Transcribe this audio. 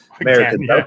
american